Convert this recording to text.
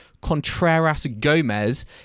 Contreras-Gomez